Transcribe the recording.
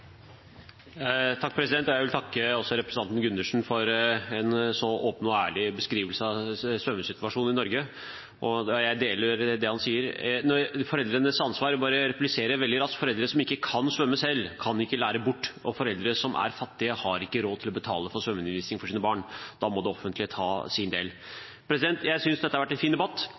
Jeg vil takke også representanten Gundersen for en så åpen og ærlig beskrivelse av svømmesituasjonen i Norge, og jeg slutter meg til det han sier. Når det gjelder foreldrenes ansvar, vil jeg bare replisere veldig raskt: Foreldre som ikke kan svømme selv, kan ikke lære bort, og foreldre som er fattige, har ikke råd til å betale for svømmeundervisning for sine barn. Da må det offentlige ta sin del. Jeg synes dette har vært en fin debatt,